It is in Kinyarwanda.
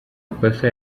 amakosa